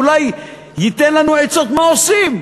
אולי הוא ייתן לנו עצות מה עושים.